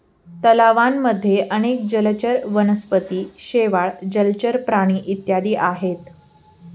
तलावांमध्ये अनेक जलचर वनस्पती, शेवाळ, जलचर प्राणी इत्यादी आहेत